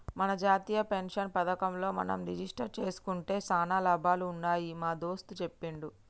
మన జాతీయ పెన్షన్ పథకంలో మనం రిజిస్టరు జేసుకుంటే సానా లాభాలు ఉన్నాయని మా దోస్త్ సెప్పిండు